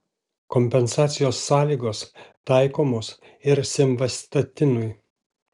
kompensacijos sąlygos taikomos ir simvastatinui